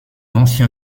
ancien